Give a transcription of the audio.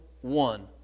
one